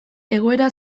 egoera